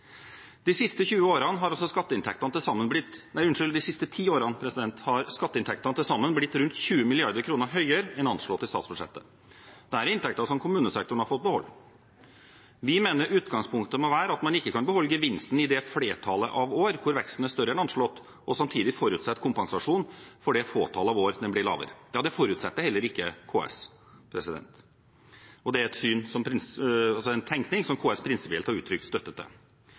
De siste ti årene har skatteinntektene til sammen blitt rundt 20 mrd. kr høyere enn anslått i statsbudsjettet. Dette er inntekter som kommunesektoren har fått beholde. Vi mener utgangspunktet må være at man ikke kan beholde gevinsten i det flertallet av år hvor veksten er større enn anslått, og samtidig forutsette kompensasjon for det fåtall av år den blir lavere. Det forutsetter heller ikke KS. Det er en tenkning som KS prinsipielt har uttrykt støtte til.